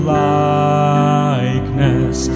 likeness